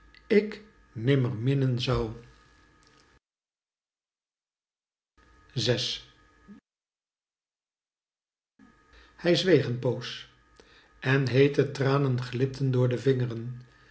ik nimmer minnen zou hij zweeg een poos en heete tranen glipten door de vingren